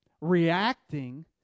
reacting